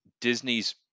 disney's